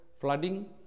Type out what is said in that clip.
flooding